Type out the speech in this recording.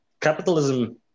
capitalism